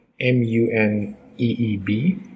M-U-N-E-E-B